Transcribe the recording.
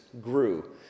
grew